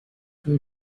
were